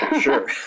Sure